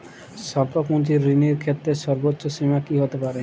স্বল্প পুঁজির ঋণের ক্ষেত্রে সর্ব্বোচ্চ সীমা কী হতে পারে?